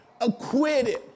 acquitted